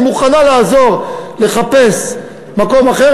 היא מוכנה לעזור לחפש מקום אחר,